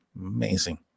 Amazing